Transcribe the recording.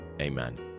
Amen